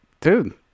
dude